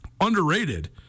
underrated